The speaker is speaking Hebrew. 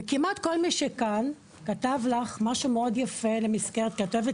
וכמעט כל מי שכאן כתב לך משהו מאוד יפה למזכרת כי את אוהבת